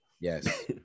yes